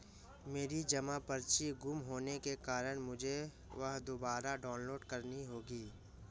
मेरी जमा पर्ची गुम होने के कारण मुझे वह दुबारा डाउनलोड करनी होगी